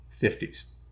50s